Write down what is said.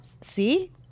see